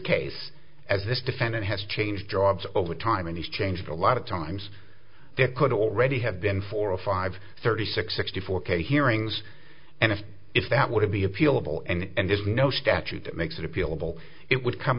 case at this defendant has changed jobs over time and he's changed a lot of times there could already have been four or five thirty six sixty four k hearings and if if that would be appealable and there's no statute that makes it appealable it would come